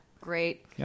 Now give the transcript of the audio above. Great